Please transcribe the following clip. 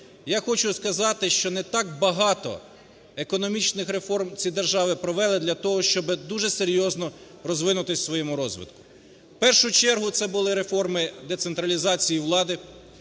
я хочу сказати, що не так багато економічних реформ ці держави провели для того, щоб дуже серйознорозвинутись у своєму розвитку. В першу чергу це були реформи децентралізації влади,